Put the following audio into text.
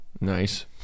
Nice